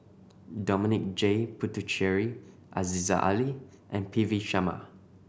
Dominic J Puthucheary Aziza Ali and P V Sharma